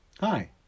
Hi